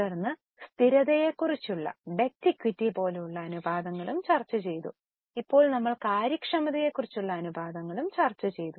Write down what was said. തുടർന്ന് സ്ഥിരതയെക്കുറിച്ചുള്ള debt equity പോലുള്ള അനുപാതങ്ങളും ചർച്ചചെയ്തു ഇപ്പോൾ നമ്മൾ കാര്യക്ഷമതയെക്കുറിച്ചുള്ള അനുപാതങ്ങൾ ചർച്ചചെയ്തു